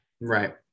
Right